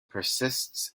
persists